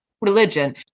religion